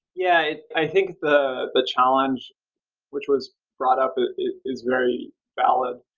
yeah, i think the the challenge which was brought up is very valid.